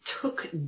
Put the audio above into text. took